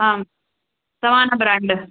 आं समानब्र्याण्ड्